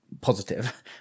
positive